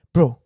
Bro